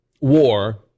war